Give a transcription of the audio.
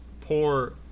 poor